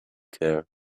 care